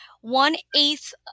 one-eighth